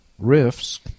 riffs